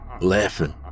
laughing